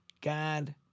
God